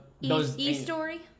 E-story